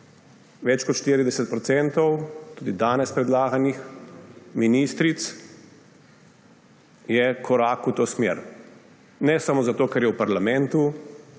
Več kot 40 % tudi danes predlaganih ministric je korak v to smer. Ne samo zato, ker je v parlamentu